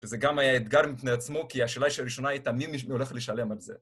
וזה גם היה אתגר מפני עצמו, כי השאלה הראשונה הייתה מי הולך לשלם על זה.